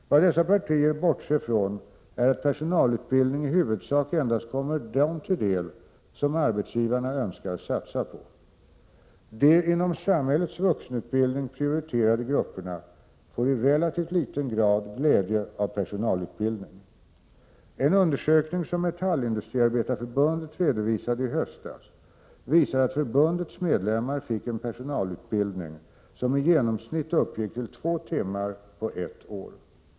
Vad dessa partier bortser från är att personalutbildning i huvudsak endast kommer dem till del som arbetsgivarna önskar satsa på. De inom samhällets vuxenutbildning prioriterade grupperna får i relativt liten grad glädje av personalutbildning. En undersökning som Metallindustriarbetareförbundet redovisade i höstas visar att förbundets medlemmar fick en personalutbildning som i genomsnitt uppgick till två timmar på ett år.